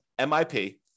MIP